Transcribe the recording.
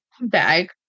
bag